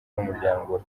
n’umuryango